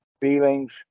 feelings